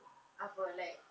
apa like